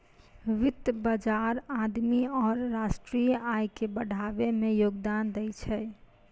वित्त बजार आदमी आरु राष्ट्रीय आय के बढ़ाबै मे योगदान दै छै